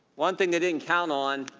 one thing they didn't count on,